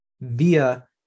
via